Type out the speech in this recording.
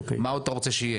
מה עוד אתה רוצה שיהיה?